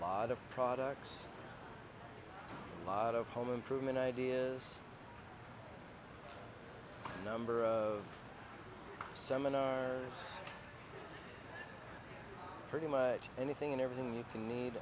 of products a lot of home improvement ideas number of seminars pretty much anything and everything you